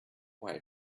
away